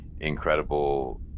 incredible